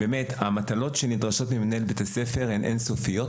המטלות שנדרשות ממנהל בית הספר הן אין סופיות.